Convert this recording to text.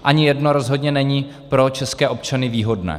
Ani jedno rozhodně není pro české občany výhodné.